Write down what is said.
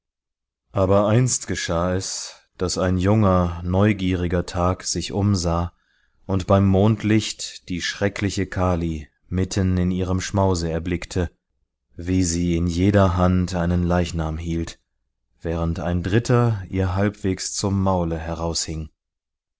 aber einst geschah es daß ein junger neugieriger thag sich umsah und beim mondlicht die schreckliche kali mitten in ihrem schmause erblickte wie sie in jeder hand einen leichnam hielt während ein dritter ihr halbwegs zum maule